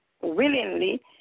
willingly